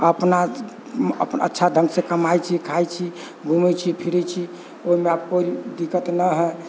अपना अच्छा ढङ्ग से कमाए छी खाए छी घूमे छी फिरै छी ओहिमे आब कोइ दिक्कत न है